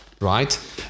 right